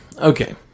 Okay